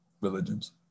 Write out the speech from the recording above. religions